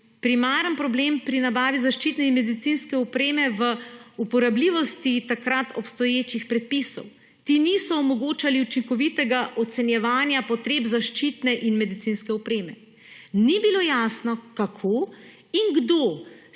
primaren problem pri nabavi zaščitne in medicinske opreme v uporabljivosti takrat obstoječih predpisov. Ti niso omogočali učinkovitega ocenjevanja potreb zaščitne in medicinske opreme. Ni bilo jasno, kako in kdo